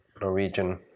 Norwegian